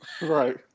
right